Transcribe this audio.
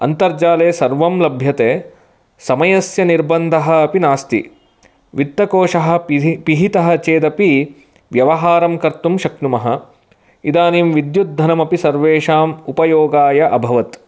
अन्तर्जाले सर्वं लभ्यते समयस्य निर्बन्धः अपि नास्ति वित्तकोषः पिहे पिहितः चेदपि व्यवहारं कर्तुं शक्नुमः इदानीं विद्युद्धनमपि सर्वेषाम् उपयोगाय अभवत्